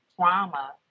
trauma